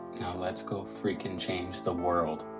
let's go freakin' change the world.